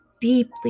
deeply